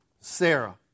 Sarah